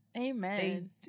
Amen